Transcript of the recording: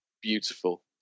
beautiful